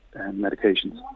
medications